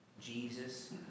Jesus